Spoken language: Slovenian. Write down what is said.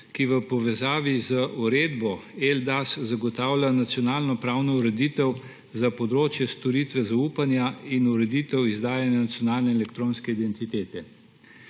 ki v povezavi z Uredbo eIDAS zagotavlja nacionalno pravno ureditev za področje storitve zaupanja in ureditev izdajanja nacionalne elektronske identitete.